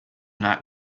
night